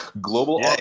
Global